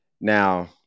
Now